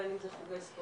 בין אם זה חוגי ספורט,